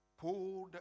pulled